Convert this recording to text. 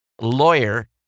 lawyer